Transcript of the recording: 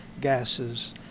gases